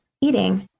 eating